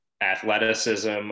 Athleticism